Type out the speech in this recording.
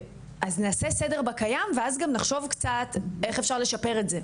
נעשה סדר בקיים ואז גם נחשוב קצת איך אפשר לשפר את זה,